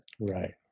Right